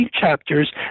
chapters